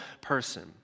person